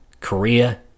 Korea